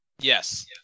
Yes